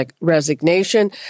resignation